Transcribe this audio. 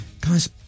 Guys